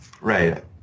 Right